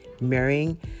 Marrying